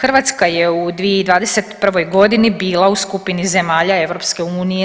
Hrvatska je u 2021.g. bila u skupini zemalja EU